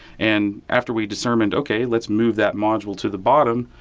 and after we determined ok, let's move that module to the bottom,